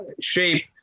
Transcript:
shape